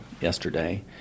yesterday